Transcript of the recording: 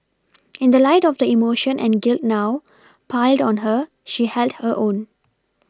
in the light of the emotion and guilt now piled on her she held her own